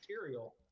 material